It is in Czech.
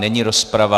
Není rozprava.